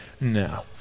No